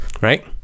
Right